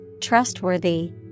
trustworthy